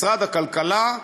משרד הכלכלה,